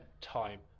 time